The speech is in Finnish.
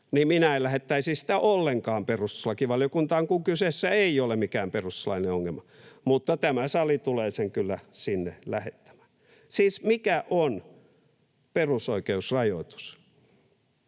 niin minä en lähettäisi sitä ollenkaan perustuslakivaliokuntaan, kun kyseessä ei ole mikään perustuslaillinen ongelma, mutta tämä sali tulee sen kyllä sinne lähettämään. Siis mikä on perusoikeusrajoitus?